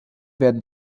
werden